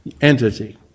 entity